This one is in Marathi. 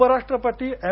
उपराष्ट्रपती एम